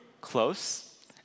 close